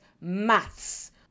maths